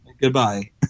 goodbye